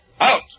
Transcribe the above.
Out